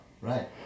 right